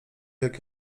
jak